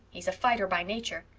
he's a fighter by nature.